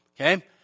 Okay